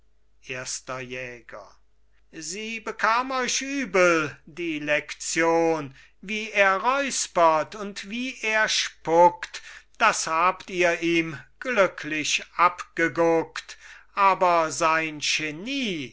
erster jäger sie bekam euch übel die lektion wie er räuspert und wie er spuckt das habt ihr ihm glücklich abgeguckt aber sein schenie